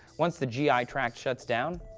once the gi tract shuts down,